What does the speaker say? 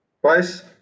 twice